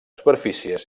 superfícies